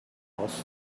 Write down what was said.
but